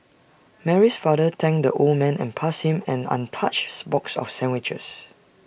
Mary's father thanked the old man and passed him an on touches box of sandwiches